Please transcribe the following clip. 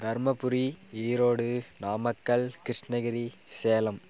Dharmapuri Erode Namakkal Krishnagiri Salem